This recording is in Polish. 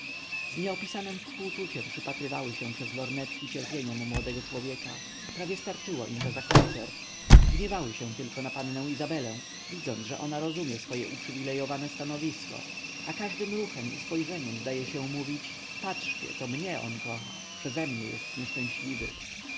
z nieopisanem współczuciem przypatrywały się przez lornetki cierpieniom młodego człowieka prawie starczyło im to za koncert gniewały się tylko na pannę izabelę widząc że ona rozumie swoje uprzywilejowane stanowisko a każdym ruchem i spojrzeniem zdaje się mówić patrzcie to mnie on kocha przezemnie jest nieszczęśliwy